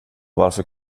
varför